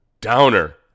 downer